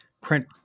print